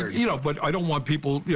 you know but i don't want people